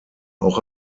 auch